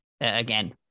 again